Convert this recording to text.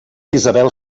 isabel